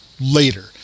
Later